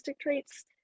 traits